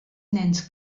nens